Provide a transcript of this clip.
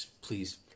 please